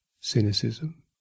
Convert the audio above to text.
cynicism